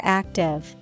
active